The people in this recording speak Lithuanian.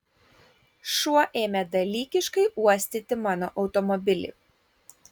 šuo ėmė dalykiškai uostyti mano automobilį